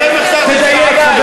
אתם החזרתם שעליים.